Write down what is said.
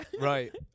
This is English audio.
Right